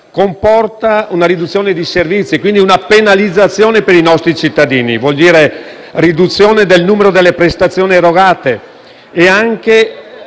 comporta una riduzione di servizi, quindi una penalizzazione per i nostri cittadini. Vuol dire riduzione del numero delle prestazioni erogate, sia